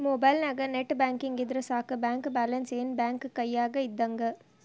ಮೊಬೈಲ್ನ್ಯಾಗ net banking ಇದ್ರ ಸಾಕ ಬ್ಯಾಂಕ ಬ್ಯಾಲೆನ್ಸ್ ಏನ್ ಬ್ಯಾಂಕ ಕೈಯ್ಯಾಗ ಇದ್ದಂಗ